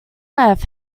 left